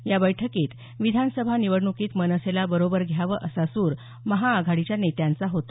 या बैठकीत विधानसभा निवडणुकीत मनसेला बरोबर घ्यावं असा सूर महाआघाडीच्या नेत्यांचा होता